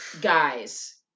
Guys